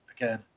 again